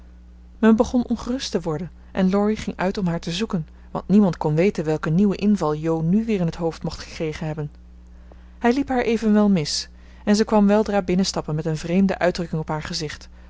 men begon ongerust te worden en laurie ging uit om haar te zoeken want niemand kon weten welken nieuwen inval jo nu weer in het hoofd mocht gekregen hebben hij liep haar evenwel mis en ze kwam weldra binnenstappen met een vreemde uitdrukking op haar gezicht